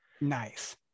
Nice